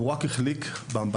ואותו אדם רק החליק באמבטיה,